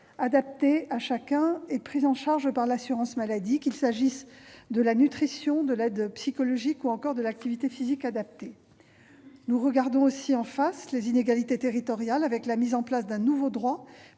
adaptés à chacun et pris en charge par l'assurance maladie, qu'il s'agisse de la nutrition, de l'aide psychologique ou encore de l'activité physique adaptée. Nous regardons également en face les inégalités territoriales, avec la mise en place d'un nouveau droit